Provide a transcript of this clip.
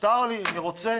מותר לי, אני רוצה.